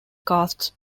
casts